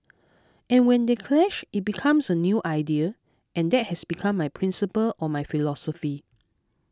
and when they clash it becomes a new idea and that has become my principle or my philosophy